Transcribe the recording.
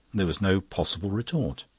there was no possible retort.